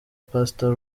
pastor